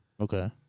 Okay